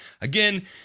again